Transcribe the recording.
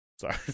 Sorry